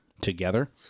together